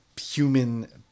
human